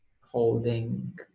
holding